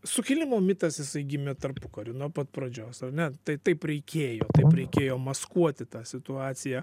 sukilimo mitas jisai gimė tarpukariu nuo pat pradžios ar ne tai taip reikėjo taip reikėjo maskuoti tą situaciją